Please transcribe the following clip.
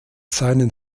seinen